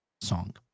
song